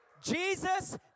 Jesus